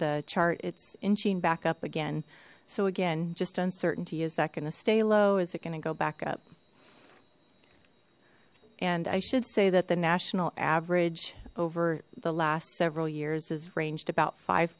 the chart it's inching back up again so again just uncertainty is that going to stay low is it going to go back up and i should say that the national average over the last several years is ranged about five